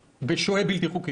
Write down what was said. בתושב, בתושב קבע?